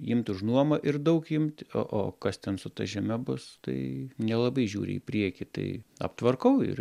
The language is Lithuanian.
imt už nuomą ir daug imt o o kas ten su ta žeme bus tai nelabai žiūri į priekį tai aptvarkau ir